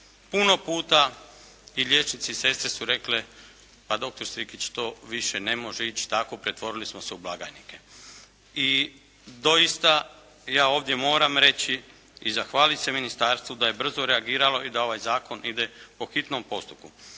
puno puta i liječnici i sestre su rekle da doktor Strikić to više ne može ići tako. Pretvorili smo se u blagajnike. I doista, ja ovdje moram reći i zahvaliti se ministarstvu da je brzo reagiralo i da ovaj zakon ide po hitnom postupku.